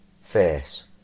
Face